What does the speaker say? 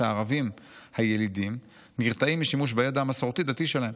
שהערבים הילידים נרתעים משימוש בידע המסורתי-דתי שלהם.